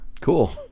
Cool